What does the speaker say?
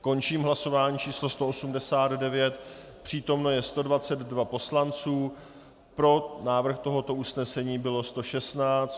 Končím hlasování číslo 189, přítomno je 122 poslanců, pro návrh tohoto usnesení bylo 116.